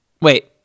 Wait